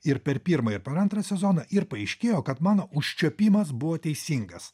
ir per pirmą ir per antrą sezoną ir paaiškėjo kad mano užčiuopimas buvo teisingas